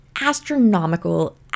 astronomical